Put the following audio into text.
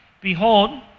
behold